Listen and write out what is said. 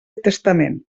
testament